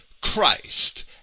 Christ